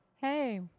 Hey